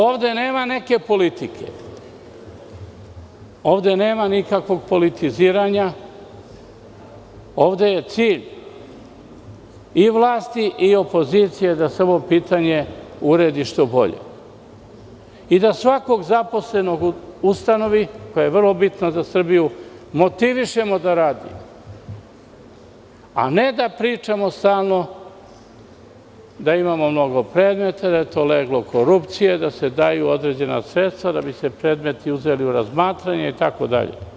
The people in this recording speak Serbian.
Ovde nema neke politike, nema politiziranja, ovde je cilj i vlasti i opozicije da se ovo pitanje uredi što bolje i da svakog zaposlenog u ustanovi, što je vrlo bitno za Srbiju, motivišemo da radi, a ne da pričamo stalno da imamo puno predmeta, da je to leglo korupcije, da se daju određena sredstva, da bi se predmeti uzeli u razmatranje itd.